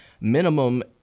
minimum